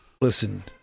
Listen